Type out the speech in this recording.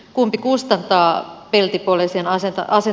kumpi kustantaa peltipoliisien asettaa sen